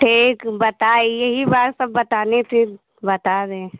ठीक बताए यही बात सब बताने से बता रहे हैं